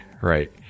right